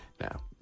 Now